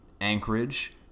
Anchorage